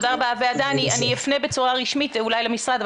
ועדיין אני אפנה בצורה רשמית למשרד,